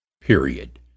period